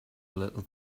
little